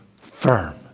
firm